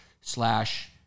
slash